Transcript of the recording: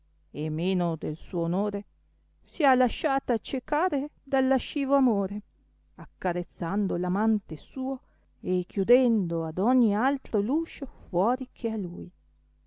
e meno del suo onore si ha lasciata ciecare dal lascivo amore accarezzando l amante suo e chiudendo ad ogni altro l'uscio fuori che a lui